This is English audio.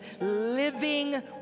living